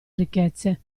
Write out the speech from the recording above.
ricchezze